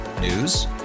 News